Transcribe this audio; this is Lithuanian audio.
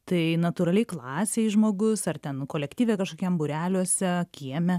tai natūraliai klasėj žmogus ar ten kolektyve kažkokiam būreliuose kieme